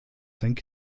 seinem